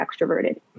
extroverted